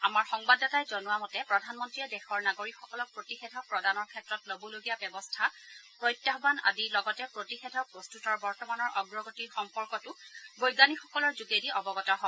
আমাৰ সংবাদদাতাই জনোৱা মতে প্ৰধানমন্ত্ৰীয়ে দেশৰ নাগৰিকসকলক প্ৰতিষেধক প্ৰদানৰ ক্ষেত্ৰত ল'বলগীয়া ব্যৱস্থা প্ৰত্যাহান আদিৰ লগতে প্ৰতিষেধক প্ৰস্তুতৰ বৰ্তমানৰ অগ্ৰগতিৰ সম্পৰ্কতো বৈজ্ঞানিকসকলৰ যোগেদি অৱগত হয়